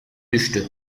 düştü